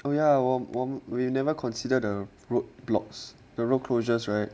oh ya 我 we've never consider the road blocks the road closures right